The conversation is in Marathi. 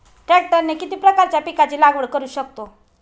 ट्रॅक्टरने किती प्रकारच्या पिकाची लागवड करु शकतो?